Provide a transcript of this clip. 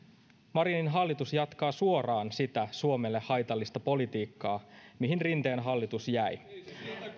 marinin hallitus jatkaa suoraan sitä suomelle haitallista politiikkaa mihin rinteen hallitus jäi